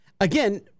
again